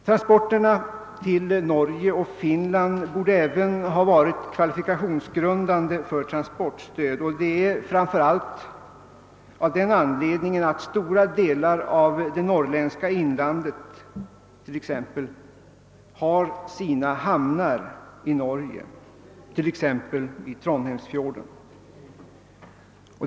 Transporten till Norge och Finland borde även vara kvalifikationsgrundande för transportstöd, framför allt av den anledningen att stora delar av t.ex. det norrländska inlandet har sina hamnar i Norge, exempelvis vid Trond heimsfjorden.